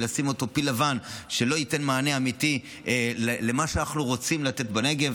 ולשים אותו פיל לבן שלא ייתן מענה אמיתי למה שאנחנו רוצים לתת בנגב,